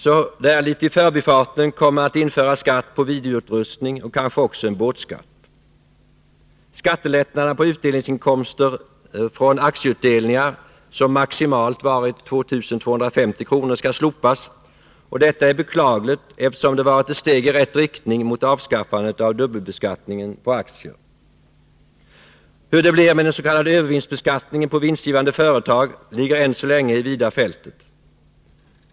Så där litet i förbifarten kommer man att införa skatt på videoutrustning och kanske också en båtskatt. Skattelättnaderna på utdelningsinkomster från aktieutdelningar, som maximalt varit 2 250 kr., skall slopas. Detta är beklagligt, eftersom de varit ett steg i rätt riktning mot avskaffandet av dubbelbeskattningen på aktier. Hur det blir med den s.k. övervinstbeskattningen på vinstgivande företag ligger än så länge i vida fältet.